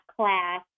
class